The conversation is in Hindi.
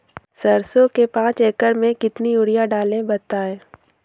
सरसो के पाँच एकड़ में कितनी यूरिया डालें बताएं?